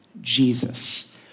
Jesus